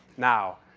now,